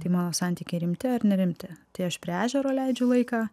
tai mano santykiai rimti ar nerimti tai aš prie ežero leidžiu laiką